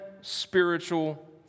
spiritual